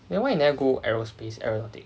then why you never go aerospace everything